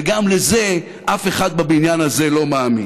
וגם לזה אף אחד בבניין הזה לא מאמין.